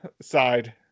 side